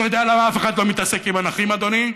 אתה יודע למה אף אחד לא מתעסק עם הנכים, אדוני?